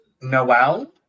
Noel